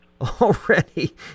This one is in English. already